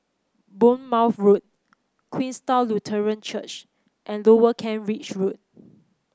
Bournemouth Road Queenstown Lutheran Church and Lower Kent Ridge Road